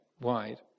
wide